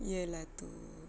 ya lah tu